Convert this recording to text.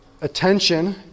attention